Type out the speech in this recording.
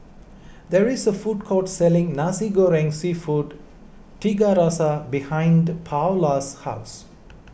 there is a food court selling Nasi Goreng Seafood Tiga Rasa behind Paola's house